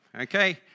okay